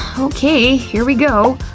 ok, here we go,